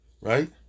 right